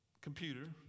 computer